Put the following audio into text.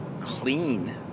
clean